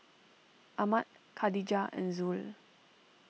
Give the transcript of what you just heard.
Ahmad Katijah and Zul